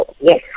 yes